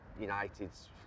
United's